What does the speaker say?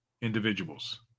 individuals